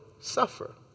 suffer